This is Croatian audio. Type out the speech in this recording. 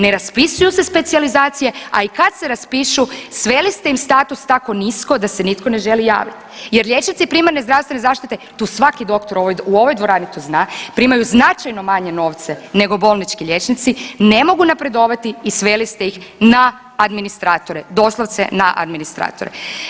Ne raspisuju se specijalizacije, a i kad se raspišu sveli ste im status tako nisko da se nitko ne želi javiti jer liječnici primarne zdravstvene zaštite tu svaki doktor u ovoj dvorani to zna primaju značajno manje novce nego bolnički liječnici, ne mogu napredovati i sveli ste ih na administratore, doslovce na administratore.